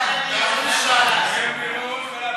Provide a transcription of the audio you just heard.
בערוץ 2. ערוץ 2. במליאה.